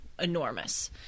enormous